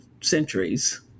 centuries